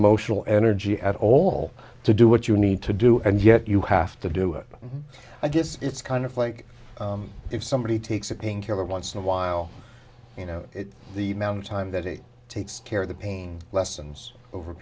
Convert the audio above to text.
emotional energy at all to do what you need to do and yet you have to do it i guess it's kind of like if somebody takes a painkiller once in a while you know the mountain time that he takes care of the pain lessens over a